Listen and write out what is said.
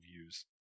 views